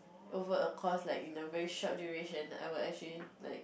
over a course like in a very short duration I will actually like